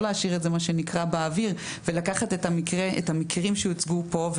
להשאיר את זה מה שנקרא באוויר ולקחת את המקרים שהוצגו פה,